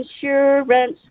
insurance